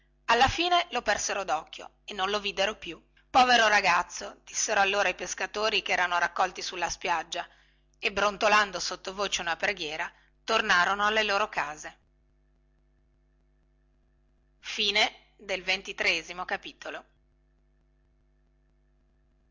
alla fine lo persero docchio e non lo videro più povero ragazzo dissero allora i pescatori che erano raccolti sulla spiaggia e brontolando sottovoce una preghiera tornarono alle loro case